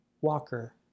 Walker